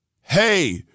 hey